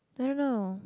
I don't know